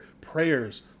prayers